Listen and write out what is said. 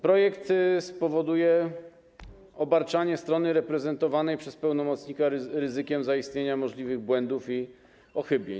Projekt spowoduje obarczanie strony reprezentowanej przez pełnomocnika ryzykiem zaistnienia możliwych błędów i uchybień.